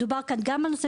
מדובר גם כאן על נושא